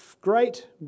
great